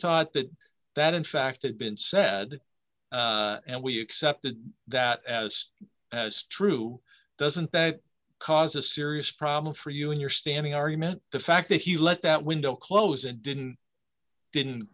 thought that that in fact had been said and we accepted that as as true doesn't that cause a serious problem for you in your standing argument the fact that he let that window close and didn't didn't